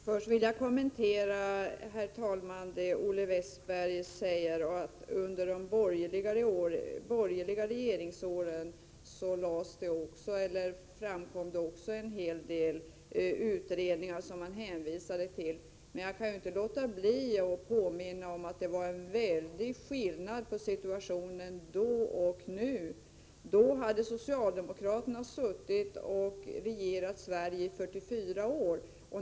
Herr talman! Först vill jag kommentera det Olle Westberg sade om att man också under de borgerliga regeringsåren hänvisade till en del utredningar. Men jag kan inte låta bli att påpeka att det var stor skillnad på situationen då och nu. Då hade socialdemokraterna regerat Sverige i 44 år.